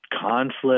conflict